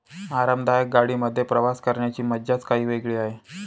आरामदायक गाडी मध्ये प्रवास करण्याची मज्जाच काही वेगळी आहे